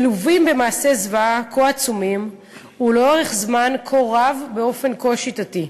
מלווים במעשי זוועה כה עצומים ולאורך זמן כה רב באופן כה שיטתי,